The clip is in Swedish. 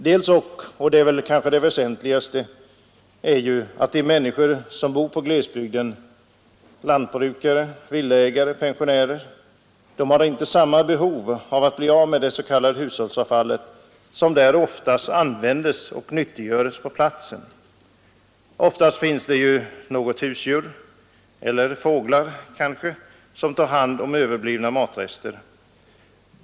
Vidare — och det är det väsentligaste — har de människor som bor i glesbygden, lantbrukare, villaägare, pensionärer, inte samma behov av att bli av med det s.k. hushållsavfallet, som där oftast användes och nyttiggöres på platsen. Oftast finns det något husdjur eller fåglar som tar hand om överblivna matrester.